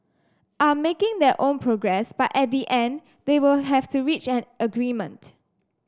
are making their own progress but at the end they will have to reach an agreement